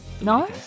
No